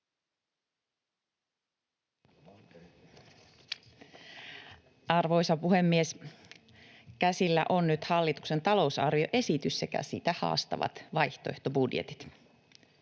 Arvoisa puhemies! Käsillä on nyt hallituksen talousarvioesitys sekä sitä haastavat vaihtoehtobudjetit.